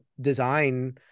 design